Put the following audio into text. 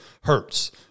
hurts